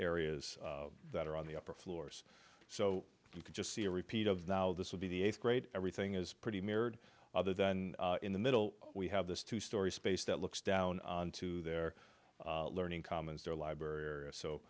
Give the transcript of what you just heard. areas that are on the upper floors so you can just see a repeat of now this would be the eighth grade everything is pretty mirrored other than in the middle we have this two story space that looks down onto their learning commons their library or